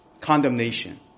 Condemnation